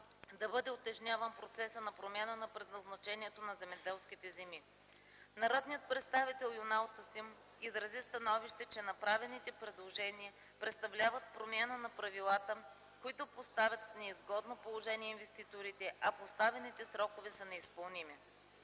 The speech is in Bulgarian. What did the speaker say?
да бъде утежняван процесът на промяна предназначението на земеделските земи. Народният представител Юнал Тасим изрази становище, че направените предложения представляват промяна на правилата, които поставят в неизгодно положение инвеститорите, а поставените срокове са неизпълними.